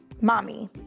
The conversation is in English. Mommy